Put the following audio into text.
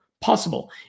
possible